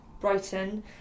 Brighton